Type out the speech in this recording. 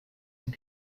and